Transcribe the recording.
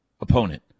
Opponent